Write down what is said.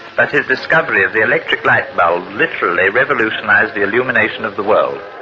but his discovery of the electric light bulb literally revolutionised the illumination of the world.